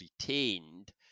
retained